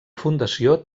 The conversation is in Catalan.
fundació